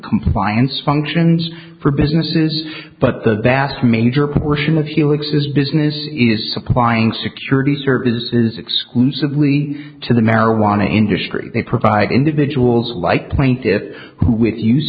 compliance functions for businesses but the vast major portion of felix's business is supplying security services exclusively to the marijuana industry they provide individuals like plaintiffs who with use